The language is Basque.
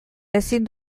ezin